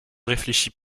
réfléchit